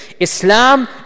Islam